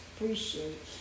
appreciate